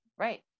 Right